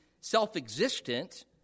self-existent